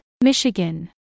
Michigan